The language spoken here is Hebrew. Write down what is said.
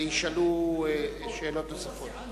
ישאלו שאלות נוספות.